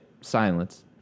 silence